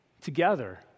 together